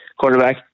quarterback